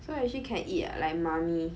so actually can eat ah like Mamee